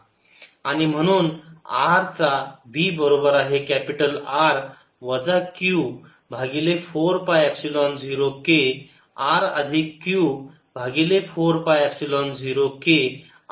आणि म्हणून r चा v बरोबर आहे कॅपिटल R वजा q भागिले 4 पाय एपसिलोन 0 k r अधिक q भागिले 4 पाय एपसिलोन 0 k r